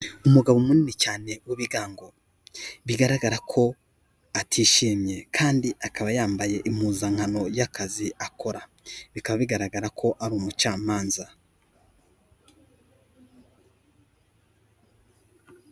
Umugabo munini cyane w'ibigango bigaragara ko atishimye kandi akaba yambaye impuzankano y'akazi akora bikaba bigaragara ko ari umucamanza.